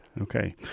Okay